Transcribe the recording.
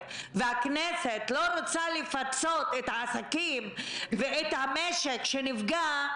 והכנסת לא רוצה לפצות את העסקים ואת המשק שנפגע,